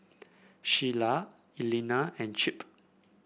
Sheilah Elana and Chip